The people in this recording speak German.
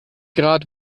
grad